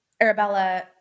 Arabella